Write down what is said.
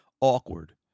awkward